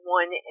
one